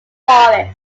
forest